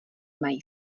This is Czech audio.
mají